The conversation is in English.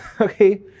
okay